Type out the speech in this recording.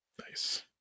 nice